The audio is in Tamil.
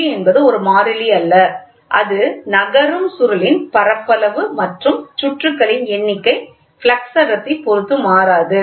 ஜி என்பது ஒரு மாறிலி அல்ல அது நகரும் சுருளின் பரப்பளவு மற்றும் சுற்றுகளின் எண்ணிக்கை ஃப்ளக்ஸ் அடர்த்தி பொருத்து மாறாது